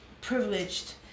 privileged